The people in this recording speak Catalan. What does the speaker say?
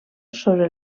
sobre